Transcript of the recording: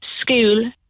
school